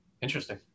Interesting